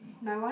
my what